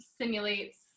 simulates